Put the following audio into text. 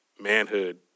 manhood